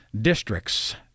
districts